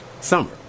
Summer